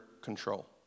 control